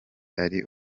ari